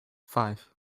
five